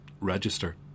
register